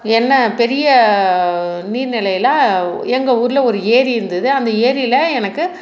என்ன பெரிய நீர்நிலையில் எங்கள் ஊர்ல ஒரு ஏரி இருந்தது அந்த எரியில எனக்கு